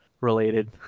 related